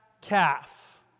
calf